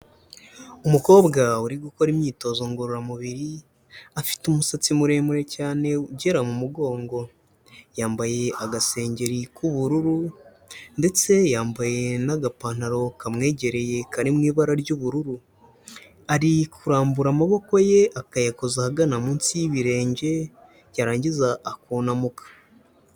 Umukobwa uri gukora imyitozo ngororamubiri, afite umusatsi muremure cyane ugera mu mugongo. Yambaye agasengeri k'ubururu, ndetse yambaye n'agapantaro kamwegereye kari mu ibara ry'ubururu. Ari kurambura amaboko ye akayakoza ahagana munsi y'ibirenge yarangiza akunamuka.